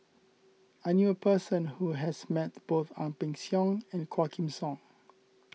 I knew a person who has met both Ang Peng Siong and Quah Kim Song